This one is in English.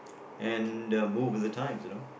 and um move with the times you know